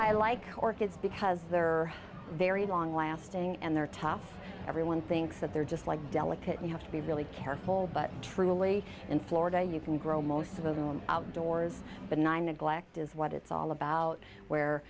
i like orchids because they are very long lasting and they're tough everyone thinks that they're just like delicate you have to be really careful but truly in florida you can grow most of them outdoors benign neglect is what it's all about where